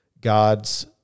God's